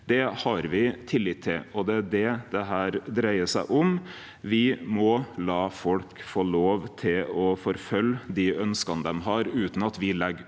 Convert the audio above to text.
Det har me tillit til, og det er det dette dreier seg om. Me må la folk få lov til å forfølgje dei ønska dei har, utan at me legg